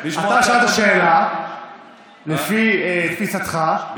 אתה שאלת שאלה לפי תפיסתך,